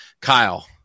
Kyle